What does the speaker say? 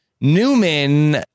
Newman